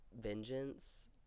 vengeance